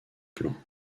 plans